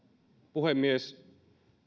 puhemies